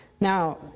Now